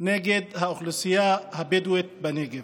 נגד האוכלוסייה הבדואית בנגב.